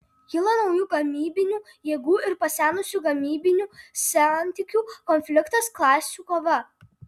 kyla naujų gamybinių jėgų ir pasenusių gamybinių santykių konfliktas klasių kova